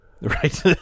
Right